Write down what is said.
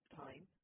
time